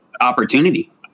opportunity